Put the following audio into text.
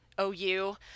OU